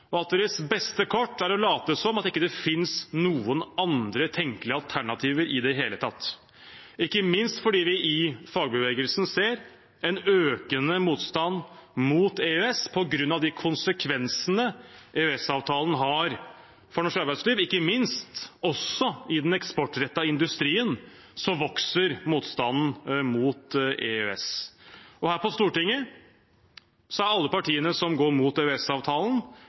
og at deres beste kort er å late som det ikke finnes noen andre tenkelige alternativer i det hele tatt, ikke minst fordi vi i fagbevegelsen ser en økende motstand mot EØS på grunn av konsekvensene EØS-avtalen har for norsk arbeidsliv. Særlig i den eksportrettede industrien vokser motstanden mot EØS. Her på Stortinget er alle partiene som går mot